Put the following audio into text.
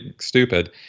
stupid –